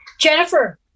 Jennifer